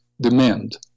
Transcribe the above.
demand